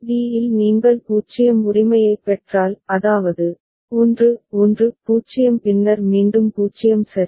D இல் நீங்கள் 0 உரிமையைப் பெற்றால் அதாவது 1 1 0 பின்னர் மீண்டும் 0 சரி